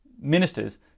Ministers